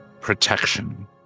protection